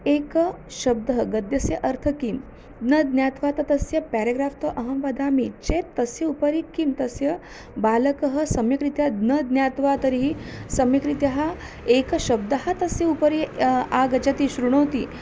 एकः शब्दः गद्यस्य अर्थं किं न ज्ञात्वा तु तस्य पेराग्राफ़् तु अहं वदामि चेत् तस्य उपरि किं तस्य बालकः सम्यक्रीत्या न ज्ञात्वा तर्हि सम्यक्रीत्या एकशब्दः तस्य उपरि यः आगच्छति शृणोति